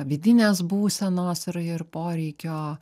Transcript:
vidinės būsenos ir ir poreikio